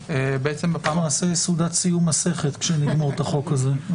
נעשה סעודת סיום מסכת כשנגמור את החוק הזה.